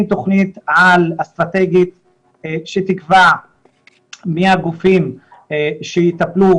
תוכנית אסטרטגית שתקבע מי הגופים שיטפלו,